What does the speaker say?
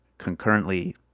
Concurrently